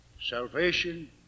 salvation